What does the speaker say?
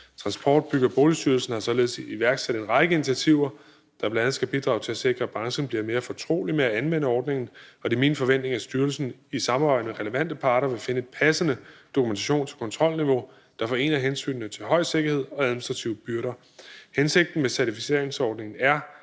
Trafik-, Bygge- og Boligstyrelsen har således iværksat en række initiativer, der bl.a. skal bidrage til at sikre, at branchen blive mere fortrolig med at anvende ordningen. Det er min forventning, at styrelsen i samarbejde med relevante parter vil finde et passende dokumentations- og kontrolniveau, den forener hensynene til høj sikkerhed og administrative byrder. Hensigten med certificeringsordningen er,